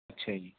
ਅੱਛਾ ਜੀ